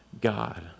God